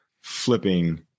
flipping